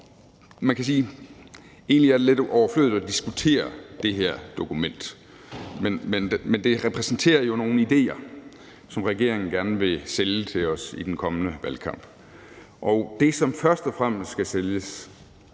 man kan sige, at det egentlig er lidt overflødigt at diskutere det her dokument. Men det repræsenterer jo nogle idéer, som regeringen gerne vil sælge til os i den kommende valgkamp. Og det, som først og fremmest skal sælges,